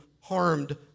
harmed